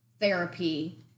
therapy